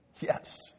Yes